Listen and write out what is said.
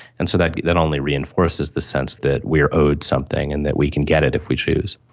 and so that that only reinforces the sense that we are owed something and that we can get it if we choose.